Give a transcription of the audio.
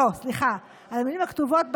לא, סליחה, על המילים הכתובות בתורה: